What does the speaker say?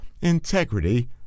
integrity